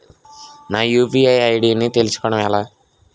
నా UPI ID ని తెలుసుకోవడం ఎలా?